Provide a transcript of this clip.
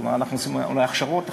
כלומר, אנחנו עושים הכשרות אחרות.